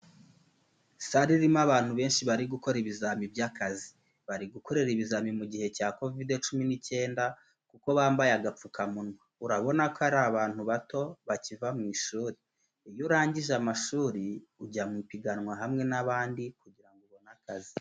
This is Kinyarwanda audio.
Sale irimo abantu benshi bari gukorera ibizamini by'akazi, bari gukora ibizamini mu gihe cya Covid cumi n'icyenda kuko bambaye agapfukamunwa. Urabona ko ari abantu bato bakiva mu ishuri, iyo urangije amashuri, ujya mu ipiganwa hamwe n'abandi kugira ngo ubone akazi.